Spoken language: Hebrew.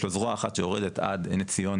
יש לו זרוע אחת שיורדת עד נס ציונה